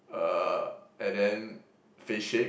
uh and then face shape